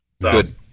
good